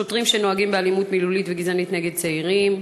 שוטרים שנוהגים באלימות מילולית וגזענית נגד צעירים,